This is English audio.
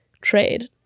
trade